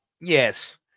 Yes